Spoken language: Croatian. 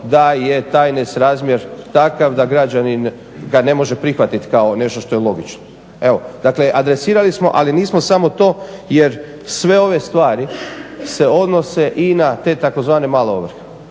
da je taj nesrazmjer takav da građanin ga ne može prihvatiti kao nešto što je logično. Evo, dakle adresirali smo ali nismo samo to jer sve ove stvari se odnose i na te tzv. "male ovrhe".